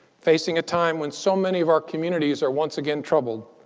facing a time when so many of our communities are once again troubled.